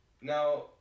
Now